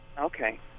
Okay